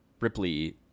Ripley